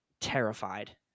terrified